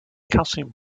calcium